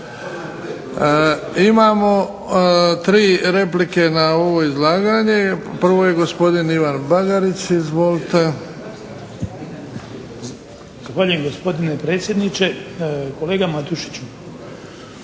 Imamo tri replike na ovo izlaganje. Prvo je gospodin Ivan Bagarić. Izvolite. **Bagarić, Ivan (HDZ)** Zahvaljujem gospodine predsjedniče. Kolege Matušiću,